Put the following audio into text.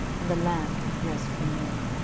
and the land had rest from war.